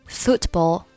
football